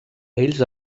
ells